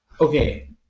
Okay